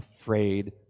afraid